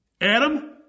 Adam